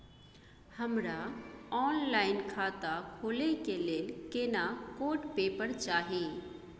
हमरा ऑनलाइन खाता खोले के लेल केना कोन पेपर चाही?